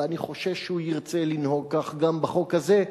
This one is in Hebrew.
ואני חושש שהוא ירצה לנהוג כך גם בחוק הזה,